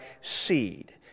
seed